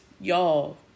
y'all